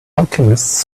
alchemists